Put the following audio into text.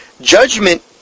Judgment